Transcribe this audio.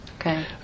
Okay